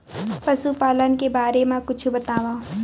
पशुपालन के बारे मा कुछु बतावव?